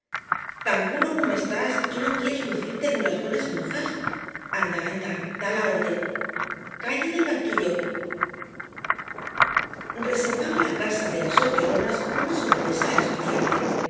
tan curro como estás y no quieres lucirte con las buenas mozas anda anda da la orden calle del barquillo reservaba la casa de las solteronas una sorpresa al estudiante en